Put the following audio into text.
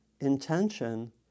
intention